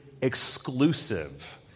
exclusive